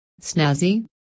Snazzy